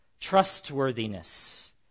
trustworthiness